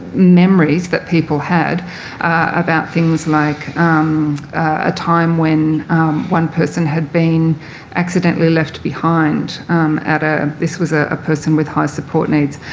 memories that people had about things like a time when one person had been accidentally left behind at a this was ah a person with high support needs.